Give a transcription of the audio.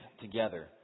together